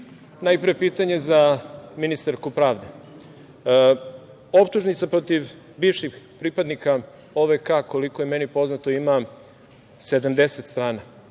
najpre pitanje za ministarku pravde. Optužnica protiv bivših pripadnika OVK, koliko je meni poznato, ima 70 strana